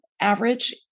average